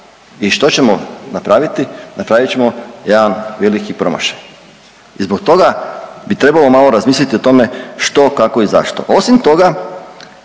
I što ćemo napraviti? Napravit ćemo jedan veliki promašaj. I zbog toga bi trebalo razmisliti o tome što, kako i zašto. Osim toga